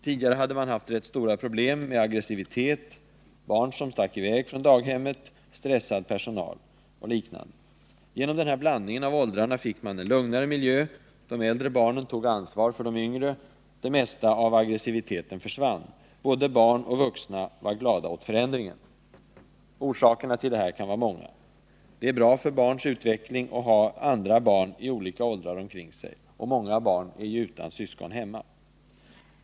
Tidigare hade man haft rätt stora problem med aggressivitet, barn som stack i väg från daghemmet och stressad personal. Genom blandningen av åldrarna fick man en lugnare miljö, de äldre barnen tog ansvar för de yngre och det mesta av aggressiviteten försvann. Både barn och vuxna var glada åt förändringen. Orsakerna kan vara många: Det är bra för barnets utveckling att ha andra barn i olika åldrar omkring sig. Många är utan syskon hemma.